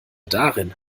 darin